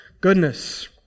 goodness